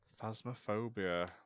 phasmophobia